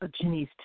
Janice